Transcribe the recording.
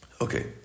Okay